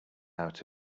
out